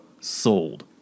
sold